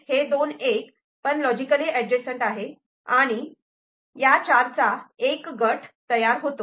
हे दोन '1' logically adjacent आहे आणि चार '1' चा एक गट तयार होतो